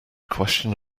question